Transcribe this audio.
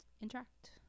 interact